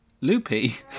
Loopy